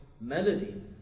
melody